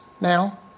now